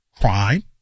Crime